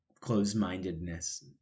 closed-mindedness